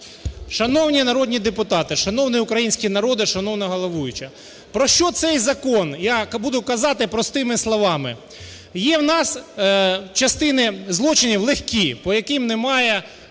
Шановні народні депутати! Шановний український народе! Шановна головуюча! Про що цей закон? Я буду казати простими словами. Є у нас частина злочинів легкі, по яким людина